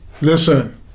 Listen